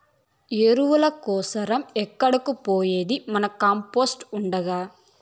ఎరువుల కోసరం ఏడకు పోయేది మన కంపోస్ట్ ఉండగా